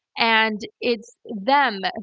and it's them.